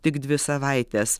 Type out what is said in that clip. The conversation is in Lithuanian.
tik dvi savaites